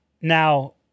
Now